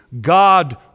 God